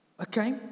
okay